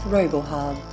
Robohub